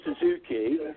Suzuki